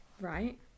right